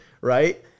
right